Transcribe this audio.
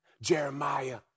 Jeremiah